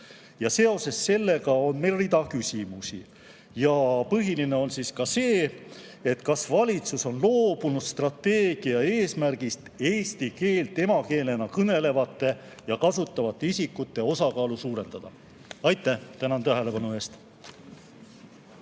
Seoses sellega on meil rida küsimusi. Põhiline on see, kas valitsus on loobunud strateegia eesmärgist eesti keelt emakeelena kõnelevate ja kasutavate isikute osakaalu suurendada. Tänan tähelepanu eest!